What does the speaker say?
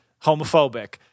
homophobic